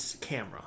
camera